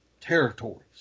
territories